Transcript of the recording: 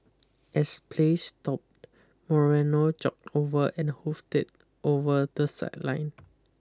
as play stopped Moreno jogged over and hoofed it over the sideline